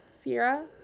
Sierra